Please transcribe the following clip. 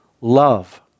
love